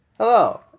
Hello